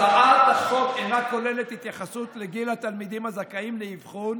הצעת החוק אינה כוללת התייחסות לגיל התלמידים הזכאים לאבחון,